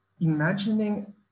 imagining